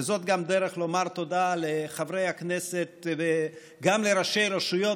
וזאת גם דרך לומר תודה לחברי הכנסת וגם לראשי רשויות.